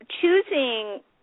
choosing